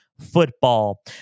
football